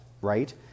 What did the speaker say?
right